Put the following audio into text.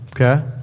Okay